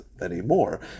anymore